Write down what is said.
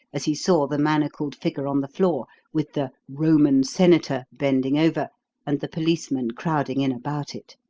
as he saw the manacled figure on the floor, with the roman senator bending over and the policemen crowding in about it.